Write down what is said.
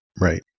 right